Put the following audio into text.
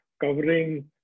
Covering